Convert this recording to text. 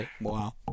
Wow